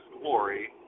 glory